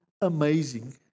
amazing